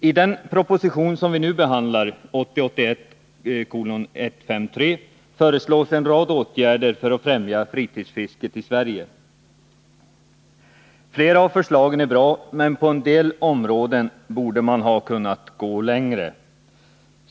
I den proposition som vi nu behandlar — 1980/81:153 — föreslås en rad åtgärder för att främja fritidsfisket i Sverige. Flera av förslagen är bra, men på en del områden borde man ha kunnat gå längre.